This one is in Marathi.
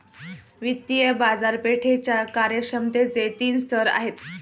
वित्तीय बाजारपेठेच्या कार्यक्षमतेचे तीन स्तर आहेत